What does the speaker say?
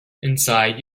inside